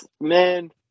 man